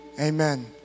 amen